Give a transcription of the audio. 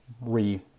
re